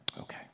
Okay